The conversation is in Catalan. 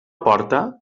porta